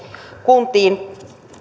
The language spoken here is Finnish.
kuntiin